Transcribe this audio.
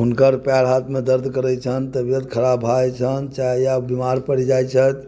हुनकर पयर हाथमे दर्द करै छनि तबियत खराब भऽ जाइ छनि चाहे बीमार पड़ि जाइ छथि